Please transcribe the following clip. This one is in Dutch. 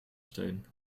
steen